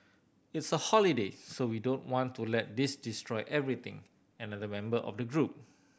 it's a holiday so we don't want to let this destroy everything another member of the group